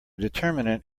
determinant